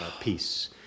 peace